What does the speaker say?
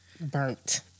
burnt